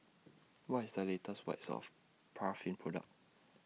What IS The latest White Soft Paraffin Product